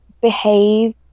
behave